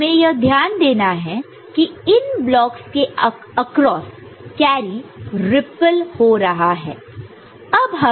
हमें यह ध्यान देना है कि इन ब्लॉकस के आक्रोस कैरी रिप्पल हो रहा है